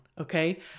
Okay